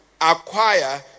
acquire